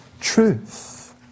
truth